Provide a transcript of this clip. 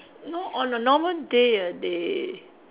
no on a normal day ah they